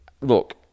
look